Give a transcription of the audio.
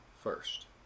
first